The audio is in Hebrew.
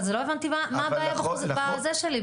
אז לא הבנתי מה הבעיה בחקיקה.